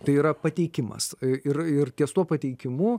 tai yra pateikimas ir ir ties tuo pateikimu